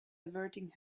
averting